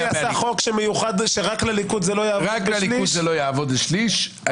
מי עשה חוק שרק לליכוד זה יעבוד בשליש?